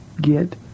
get